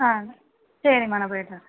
ஆ சரிம்மா நான் போயிட்டு வரேன்